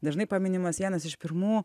dažnai paminimas vienas iš pirmų